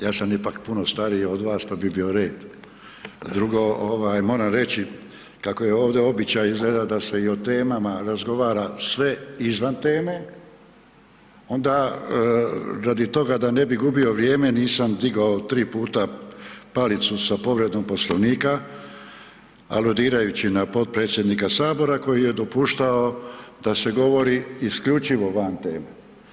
Ja sam ipak puno stariji od vas pa bi bio red, drugo, moram reći kako je ovdje običaj izgleda, da se i o temama razgovara sve izvan teme, onda radi toga da ne bi gubio vrijeme, nisam digao 3 puta palicu sa povredom Poslovnika, aludirajući na potpredsjednika Sabora koji je dopuštao da se govori isključivo van teme.